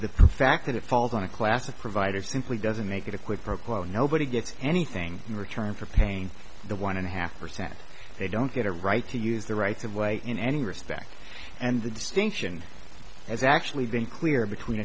the fact that it falls on a class of providers simply doesn't make it a quid pro quo nobody gets anything in return for paying the one and a half percent they don't get a right to use the rights of way in any respect and the distinction has actually been clear between